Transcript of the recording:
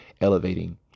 elevating